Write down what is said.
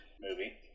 movie